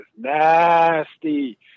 nasty